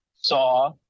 saw